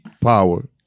power